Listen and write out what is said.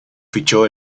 fichó